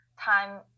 time